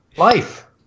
life